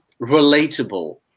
relatable